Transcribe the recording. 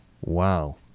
Wow